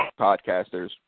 podcasters